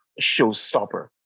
showstopper